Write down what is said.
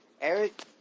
Eric